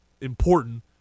important